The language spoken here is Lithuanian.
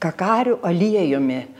kakarių aliejumi